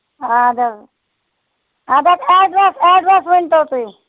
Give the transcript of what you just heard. اَدٕ حظ اَدٕ حظ ایٚڈرَس ایٚڈرَس ؤنۍتَو تُہۍ